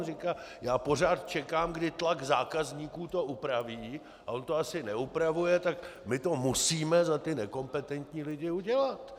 Říká: Já pořád čekám, kdy tlak zákazníků to upraví, a on to asi neupravuje, tak my to musíme za ty nekompetentní lidi udělat.